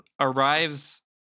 arrives